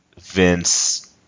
Vince